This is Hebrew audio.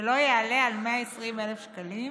שלא יעלה על 120,000 שקלים,